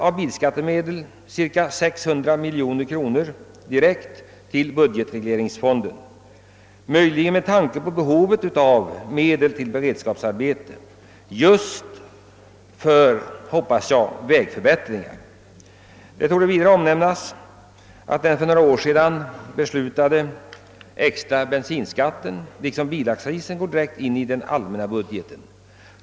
Av bilskattemedel överfördes cirka 600 miljoner kronor direkt till budgetregleringsfonden, kanske med tanke på behovet av medel till beredskapsarbeten för — hoppas jag — vägförbättringar. Den för några år sedan beslutade extra bensinskatten går liksom bilaccisen direkt till den allmänna budgeten.